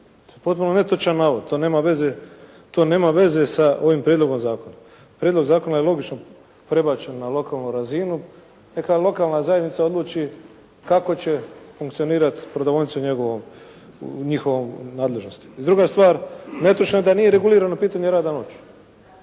potpuno netočan navod. To nema veze sa ovim prijedlogom zakona. Prijedlog zakona je logično prebačen na lokalnu razinu. Neka lokalna zajednica odluči kako će funkcionirati prodavaonice u njihovoj nadležnosti. I druga stvar, netočno da nije regulirano pitanje rada noću.